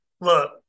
Look